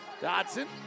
Dodson